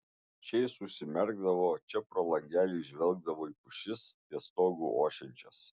čia jis užsimerkdavo čia pro langelį žvelgdavo į pušis ties stogu ošiančias